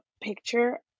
picture